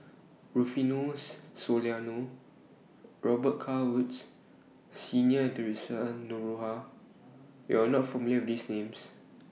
Rufino Soliano Robet Carr Woods Senior and Theresa Noronha YOU Are not familiar with These Names